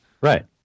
Right